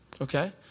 okay